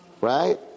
right